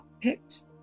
picked